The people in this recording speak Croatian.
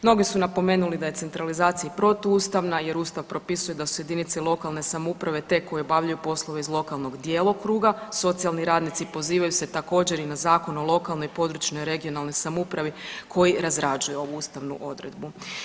Mnogi su napomenuli da je centralizacija protuustavna jer ustav propisuje da su JLS te koje obavljaju poslove iz lokalnog djelokruga, socijalni radnici pozivaju se također i na Zakon o lokalnoj i područnoj regionalnoj samoupravi koji razrađuje ovu ustavnu odredbu.